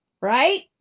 Right